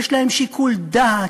יש להם שיקול דעת,